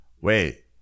Wait